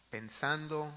Pensando